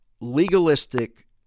legalistic